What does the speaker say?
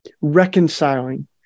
reconciling